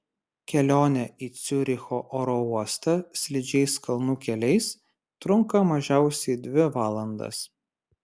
kelionė į ciuricho oro uostą slidžiais kalnų keliais trunka mažiausiai dvi valandas